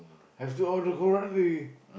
I steal all the leh